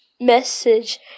message